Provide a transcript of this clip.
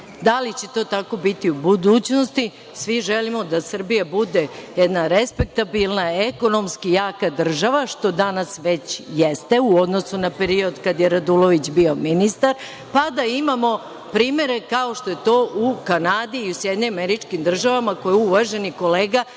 Da li će to tako biti u budućnosti, svi želimo da Srbija bude jedna respektabilna, ekonomski jaka država, što danas već jeste u odnosu na period kada je Radulović bio ministar, pa da imamo primere kao što je to u Kanadi i u SAD, koje uvaženi kolega